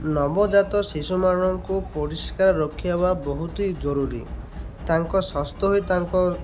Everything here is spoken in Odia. ନବଜାତ ଶିଶୁମାନଙ୍କୁ ପରିଷ୍କାର ରଖିବା ବହୁତ ଜରୁରୀ ତାଙ୍କ ସ୍ୱାସ୍ଥ୍ୟ ହୋଇ ତାଙ୍କ